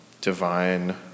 divine